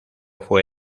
fue